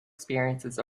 experiences